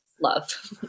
love